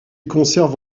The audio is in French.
conserve